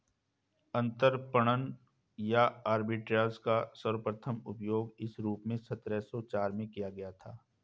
अंतरपणन या आर्बिट्राज का सर्वप्रथम प्रयोग इस रूप में सत्रह सौ चार में किया गया था